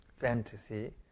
fantasy